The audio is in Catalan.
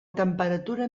temperatura